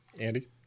Andy